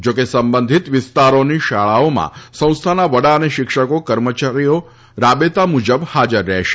જોકે સંબધિત વિસ્તારોની શાળાઓમાં સંસ્થાના વડા અને શિક્ષકો કર્મચારીઓ રાબેતા મુજબ હાજર રહેશે